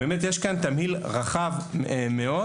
יש כאן תמהיל רחב מאוד,